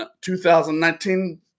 2019